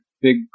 big